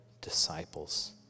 disciples